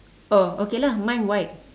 oh okay lah mine white